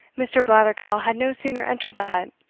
mr. blattergowl had no sooner entered the hut,